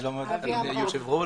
שלום ליושב ראש.